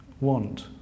want